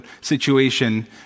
situation